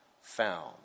found